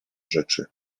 rzeczy